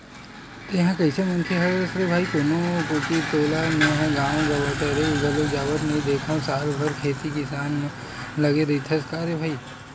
तेंहा कइसे मनखे हरस रे भई कोनो कोती तोला मेंहा गांव गवतरई घलोक जावत नइ देंखव साल भर खेती किसानी म लगे रहिथस का रे भई?